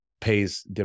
pays